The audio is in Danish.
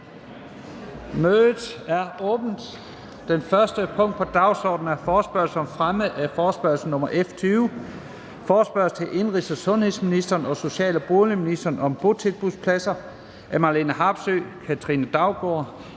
Mødet er åbnet. --- Det første punkt på dagsordenen er: 1) Spørgsmål om fremme af forespørgsel nr. F 20: Forespørgsel til indenrigs- og sundhedsministeren og social- og boligministeren om botilbudspladser. Af Marlene Harpsøe (DD), Katrine Daugaard